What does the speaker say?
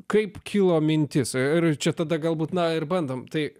kaip kilo mintis ir čia tada galbūt na ir bandom tai